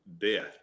death